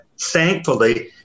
thankfully